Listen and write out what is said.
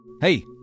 Hey